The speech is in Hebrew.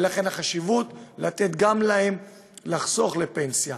ולכן החשיבות לתת גם להם לחסוך לפנסיה.